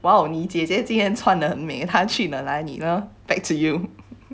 !wow! 你姐姐今天穿得很美他去了哪里呢 back to you